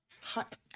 hot